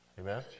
Amen